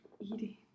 eating